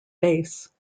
base